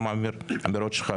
גם האמירות שלך,